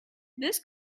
this